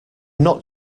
not